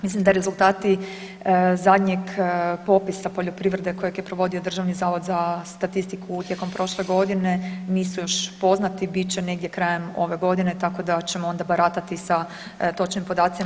Mislim da rezultati zadnjeg popisa poljoprivrede kojeg je provodio Državni zavod za statistiku tijekom prošle godine nisu još poznati, bit će negdje krajem ove godine tako da ćemo onda baratati sa točnim podacima.